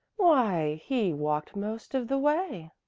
why, he walked most of the way.